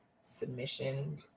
submission